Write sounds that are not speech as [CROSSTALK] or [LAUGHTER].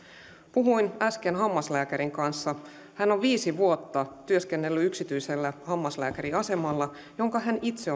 puhuin äsken hammaslääkärin kanssa hän on viisi vuotta työskennellyt yksityisellä hammaslääkäriasemalla jota hän itse [UNINTELLIGIBLE]